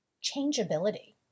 changeability